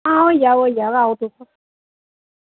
हां होई जाह्ग होई जाह्ग आओ तुस